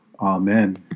Amen